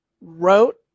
wrote